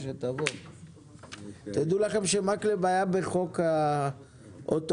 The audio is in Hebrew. תדעו לכם שמקלב היה בחוק האוטונומיה.